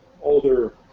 older